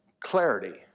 clarity